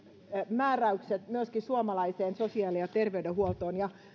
määräykset myöskin suomalaiseen sosiaali ja terveydenhuoltoon